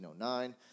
1909